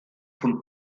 von